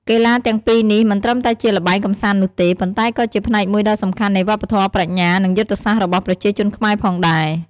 កីឡាទាំងពីរនេះមិនត្រឹមតែជាល្បែងកម្សាន្តនោះទេ ប៉ុន្តែក៏ជាផ្នែកមួយដ៏សំខាន់នៃវប្បធម៌ ប្រាជ្ញា និងយុទ្ធសាស្ត្ររបស់ប្រជាជនខ្មែរផងដែរ។